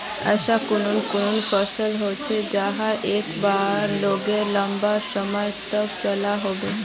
ऐसा कुन कुन फसल होचे जहाक एक बार लगाले लंबा समय तक चलो होबे?